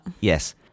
Yes